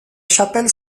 chapelle